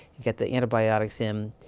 get the antibiotics in.